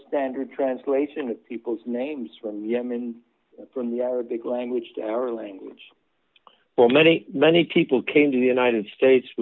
standard translates into people's names from yemen from the arabic language to our language for many many people came to the united states